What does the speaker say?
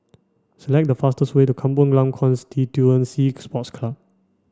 select the fastest way to Kampong Glam Constituency Sports Club